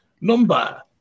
Number